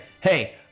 Hey